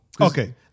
Okay